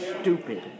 stupid